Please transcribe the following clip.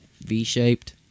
v-shaped